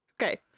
Okay